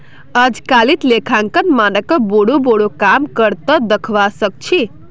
अजकालित लेखांकन मानकक बोरो बोरो काम कर त दखवा सख छि